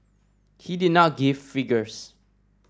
he did not give figures